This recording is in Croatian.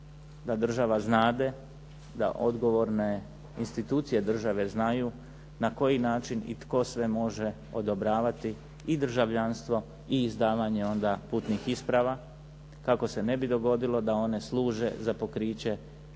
da država znade da odgovorne institucije države znaju na koji način i tko sve može odobravati i državljanstvo i izdavanje onda putnih isprava kako se ne bi dogodilo da one služe za pokriće